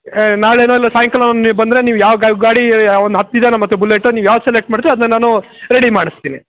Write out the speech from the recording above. ನಾಳೆನೋ ಇಲ್ಲ ಸಾಯಂಕಾಲ ಒಂದು ನೀವು ಬಂದರೆ ನೀವು ಯಾವ ಗಾಡಿ ಒಂದು ಹತ್ತು ಇದೆ ನಮ್ಮ ಹತ್ರ ಬುಲ್ಲೆಟ್ಟು ನೀವು ಯಾವ್ದು ಸೆಲೆಕ್ಟ್ ಮಾಡ್ತಿರೋ ಅದನ್ನ ನಾನು ರೆಡಿ ಮಾಡಿಸ್ತೀನಿ